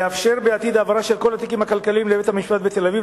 לאפשר בעתיד העברה של כל התיקים הכלכליים לבית-המשפט בתל-אביב,